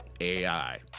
ai